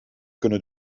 kunnen